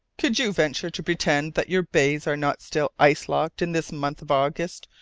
could you venture to pretend that your bays are not still ice-locked in this month of august,